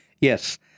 Yes